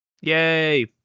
Yay